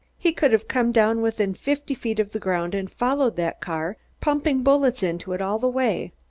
he could have come down within fifty feet of the ground and followed that car, pumping bullets into it all the way.